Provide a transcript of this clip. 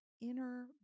inner